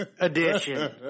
edition